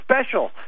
special